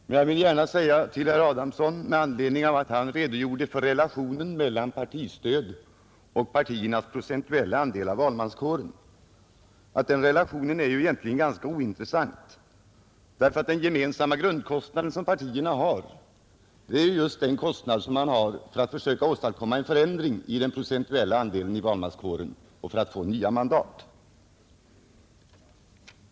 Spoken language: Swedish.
Men jag vill gärna säga till herr Adamsson, med anledning av att han redogjorde för relationen mellan partistödet och partiernas procentuella andel av valmanskåren, att den relationen egentligen är ganska ointressant, därför att den gemensamma grundkostnad som partierna har är just den kostnad de har för att försöka åstadkomma en förändring i den procentuella andelen av valmanskåren och för att få nya mandat.